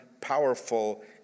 powerful